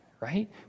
right